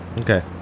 okay